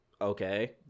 okay